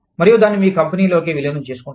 మరియు దాన్ని మీ కంపెనీలోకి విలీనం చేసుకుంటారు